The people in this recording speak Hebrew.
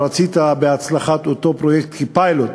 ורצית בהצלחת אותו פרויקט כפיילוט.